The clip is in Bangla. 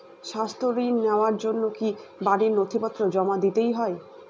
স্বাস্থ্য ঋণ নেওয়ার জন্য কি বাড়ীর নথিপত্র জমা দিতেই হয়?